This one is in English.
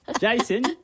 Jason